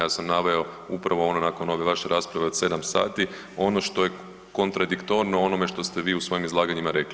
Ja sam naveo upravo ono nakon ove vaše rasprave od 7 sati ono što je kontradiktorno onome što ste vi u svojim izlaganjima rekli.